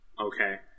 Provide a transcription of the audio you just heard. okay